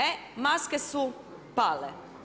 E, maske su pale.